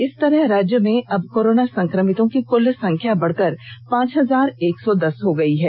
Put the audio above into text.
इस तरह राज्य में अब कोरोना संक्रमितों की कुल संख्या बढ़कर पांच हजार एक सौ दस हो गई है